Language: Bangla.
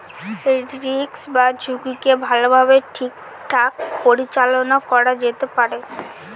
রিস্ক বা ঝুঁকিকে ভালোভাবে ঠিকঠাক পরিচালনা করা যেতে পারে